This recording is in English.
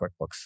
QuickBooks